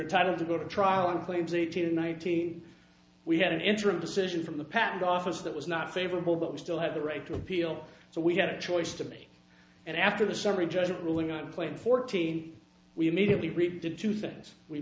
title to go to trial on claims eighteen nineteen we had an interim decision from the patent office that was not favorable but we still have the right to appeal so we had a choice to me and after the summary judgment ruling out playing fourteen we immediately